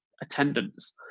attendance